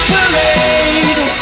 Parade